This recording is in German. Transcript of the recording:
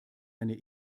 eine